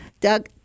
Doug